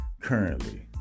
currently